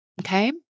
Okay